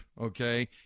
okay